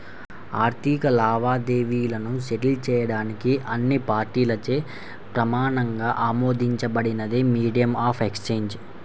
ఆర్థిక లావాదేవీలను సెటిల్ చేయడానికి అన్ని పార్టీలచే ప్రమాణంగా ఆమోదించబడినదే మీడియం ఆఫ్ ఎక్సేంజ్